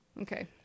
Okay